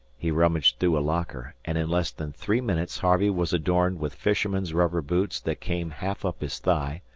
he rummaged through a locker, and in less than three minutes harvey was adorned with fisherman's rubber boots that came half up his thigh,